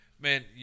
man